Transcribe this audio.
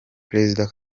perezida